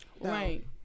Right